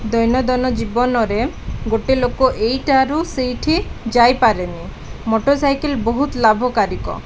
ଦୈନନ୍ଦିନ ଜୀବନରେ ଗୋଟେ ଲୋକ ଏଇଠାରୁ ସେଇଠି ଯାଇପାରେନି ମୋଟରସାଇକେଲ୍ ବହୁତ ଲାଭକାରକ